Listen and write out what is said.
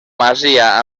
masia